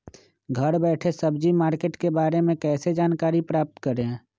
घर बैठे सब्जी मार्केट के बारे में कैसे जानकारी प्राप्त करें?